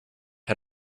had